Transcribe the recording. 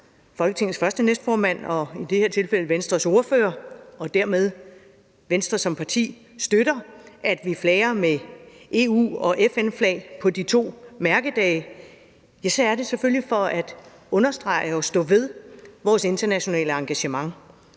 Folketingets første næstformand og i det her tilfælde Venstres ordfører og dermed også Venstre som parti støtter, at vi flager med EU- og FN-flag på de to mærkedage, er det selvfølgelig for at understrege og stå ved vores internationale engagement.